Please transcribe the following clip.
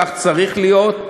כך צריך להיות,